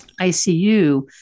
ICU